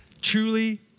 truly